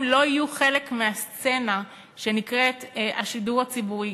לא יהיו חלק מהסצנה שנקראת השידור הציבורי.